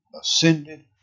ascended